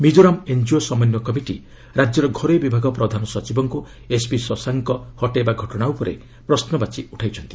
Mizoram NGO ସମନ୍ୱୟ committee ରାଜ୍ୟର ଘରୋଇ ବିଭାଗ ପ୍ରଧାନ ସଚିବଙ୍କୁ ଏସ୍ବି ଶଶାଙ୍କ ହଟେଇବା ଘଟଣା ଉପରେ ପ୍ରଶ୍ନବାଚୀ ଉଠାଇଛି